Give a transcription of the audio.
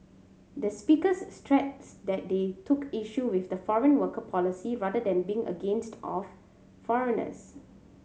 the speakers stressed that they took issue with the foreign worker policy rather than being against of foreigners